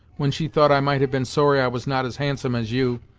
when she thought i might have been sorry i was not as handsome as you,